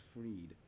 freed